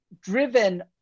driven